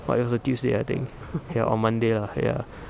what it was a tuesday I think ya or monday lah ya